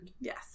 Yes